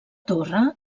torre